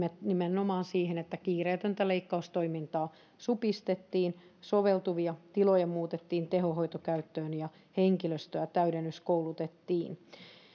nimenomaan siihen että kiireetöntä leikkaustoimintaa supistettiin soveltuvia tiloja muutettiin tehohoitokäyttöön ja henkilöstöä täydennyskoulutettiin